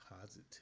positive